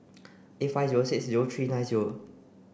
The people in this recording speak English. eight five zero six zero three nine zero